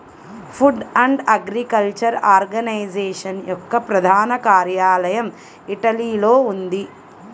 food and agriculture organisation యొక్క ప్రధాన కార్యాలయం ఇటలీలో ఉంది